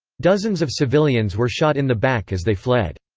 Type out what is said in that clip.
dozens of civilians were shot in the back as they fled.